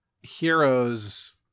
Heroes